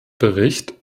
bericht